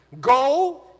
Go